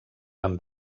van